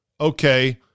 okay